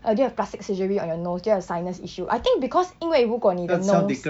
uh do you have plastic surgery on your nose do you have sinus issue I think because 因为如果你的 nose